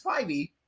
Spivey